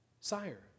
sire